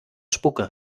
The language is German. spucke